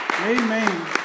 Amen